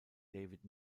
david